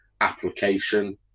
application